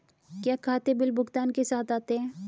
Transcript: क्या खाते बिल भुगतान के साथ आते हैं?